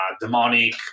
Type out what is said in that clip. demonic